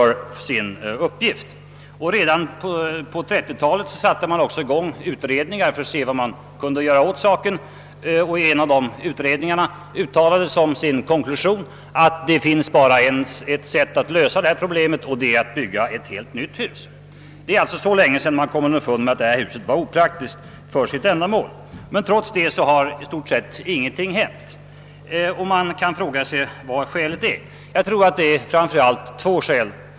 Redan på 1930-talet satte man i gång utredningar för att undersöka vad man kunde göra åt saken, och en av dessa utredningar uttalade som sin kon klusion, att det bara fanns ett sätt att lösa problemet, att bygga ett helt nytt hus. Det är alltså så länge sedan som man kom underfund med att det här huset är opraktiskt för sitt ändamål. Men trots det har i stort sett ingenting hänt, och man kan fråga sig vad anledningen härtill är.